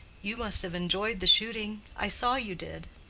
you must have enjoyed the shooting. i saw you did.